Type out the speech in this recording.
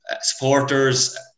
supporters